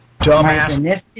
Dumbass